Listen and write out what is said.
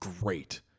great